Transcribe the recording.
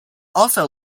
also